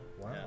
Wow